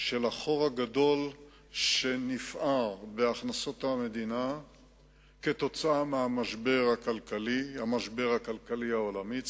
של החור הגדול שנפער בהכנסות המדינה כתוצאה מהמשבר הכלכלי העולמי,